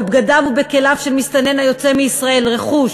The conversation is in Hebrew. בבגדיו או בכליו של מסתנן היוצא מישראל רכוש